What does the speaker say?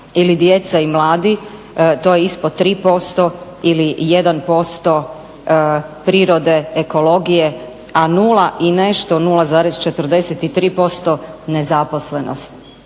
ili djeca i mladi to je ispod 3% ili 1% prirode, ekologije, a nula i nešto, 0,43% nezaposlenost